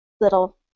little